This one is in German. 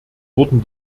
wurden